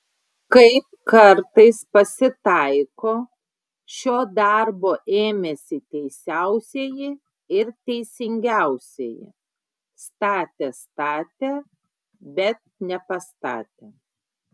kaip kartais pasitaiko šio darbo ėmėsi teisiausieji ir teisingiausieji statė statė bet nepastatė